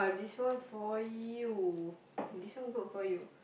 this one for you this one good for you